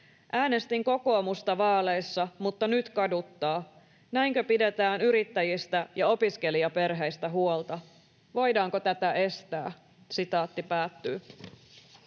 Äänestin kokoomusta vaaleissa, mutta nyt kaduttaa. Näinkö pidetään yrittäjistä ja opiskelijaperheistä huolta? Voidaanko tätä estää?” ”Teen itse